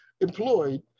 employed